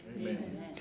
Amen